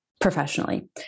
professionally